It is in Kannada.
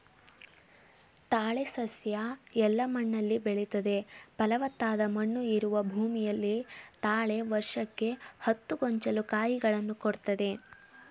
ತಾಳೆ ಸಸ್ಯ ಎಲ್ಲ ಮಣ್ಣಲ್ಲಿ ಬೆಳಿತದೆ ಫಲವತ್ತಾದ ಮಣ್ಣು ಇರುವ ಭೂಮಿಯಲ್ಲಿ ತಾಳೆ ವರ್ಷಕ್ಕೆ ಹತ್ತು ಗೊಂಚಲು ಕಾಯಿಗಳನ್ನು ಕೊಡ್ತದೆ